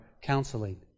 counseling